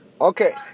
Okay